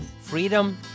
Freedom